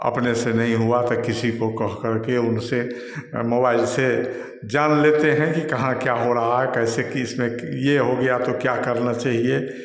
अपने से नहीं हुआ तो किसी को कह करके उनसे मोबाइल से जान लेते हैं कि कहाँ क्या हो रहा है कैसे किसमें यह हो गया तो क्या करना चाहिए